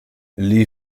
lee